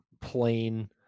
plain